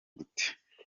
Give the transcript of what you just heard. gute